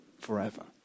forever